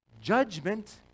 Judgment